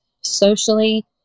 socially